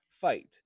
fight